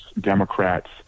Democrats